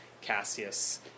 Cassius